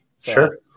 Sure